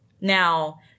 Now